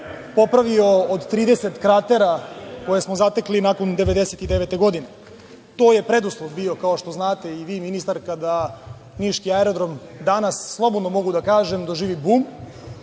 popravio 30 kratera koje smo zatekli nakon 1999. godine. To je preduslov bio kao što znate i vi i ministarka, da Niški Aerodrom danas slobodno mogu da kažem doživi bum